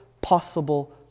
possible